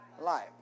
Life